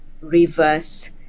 reverse